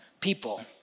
people